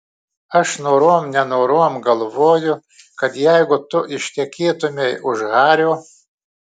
aš norom nenorom galvoju kad jeigu tu ištekėtumei už hario